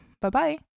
Bye-bye